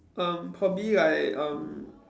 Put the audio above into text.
um probably like um